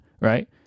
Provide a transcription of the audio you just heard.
right